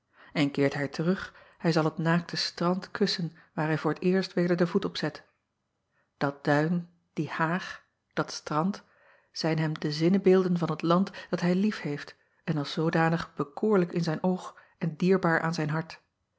en keert hij terug hij zal het naakte strand kussen waar hij voor t eerst weder den voet op zet at duin die haag dat strand zijn hem de zinnebeelden van het land dat hij liefheeft en als zoodanig bekoorlijk in zijn oog en dierbaar aan zijn hart